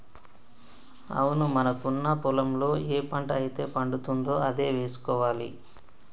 అవును మనకున్న పొలంలో ఏ పంట అయితే పండుతుందో అదే వేసుకోవాలి